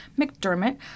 McDermott